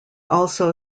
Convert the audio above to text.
also